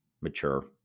Mature